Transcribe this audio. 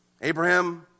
Abraham